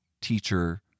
teacher